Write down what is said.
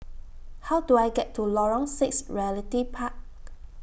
How Do I get to Lorong six Realty Park